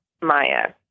Maya